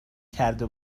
کرده